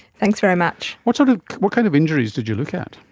thanks very much. what sort of what kind of injuries did you look at?